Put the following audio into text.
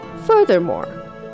Furthermore